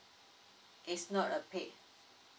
it's not a paid